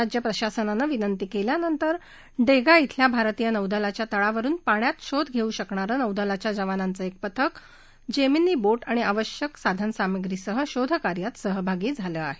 राज्य प्रशासनानं विनंती केल्यानंतर डेगा इथल्या भारतीय नौदलाच्या तळावरून पाण्यात शोध घेऊ शकणारं नौदलाच्या जवानांचं पथक एक जेमिनी बोट आणि आवश्यक साधन सामग्रीसह शोधकार्यात सहभागी झालं आहे